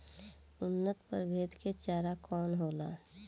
उन्नत प्रभेद के चारा कौन होला?